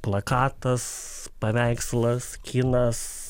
plakatas paveikslas kinas